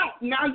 Now